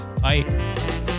bye